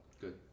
Good